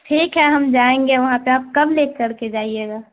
ٹھیک ہے ہم جائیں گے وہاں پہ آپ کب لے کڑ کے جائیے گا